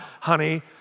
Honey